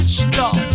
Stop